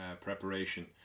preparation